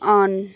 on